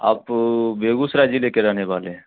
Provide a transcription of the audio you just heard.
आप बेगूसराय ज़िले के रहने वाले हैं